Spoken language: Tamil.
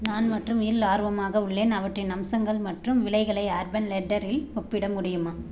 நான் மற்றும் இல் ஆர்வமாக உள்ளேன் அவற்றின் அம்சங்கள் மற்றும் விலைகளை அர்பன் லேட்டெரில் ஒப்பிட முடியுமா